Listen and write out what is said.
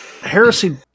heresy